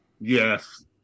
Yes